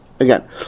Again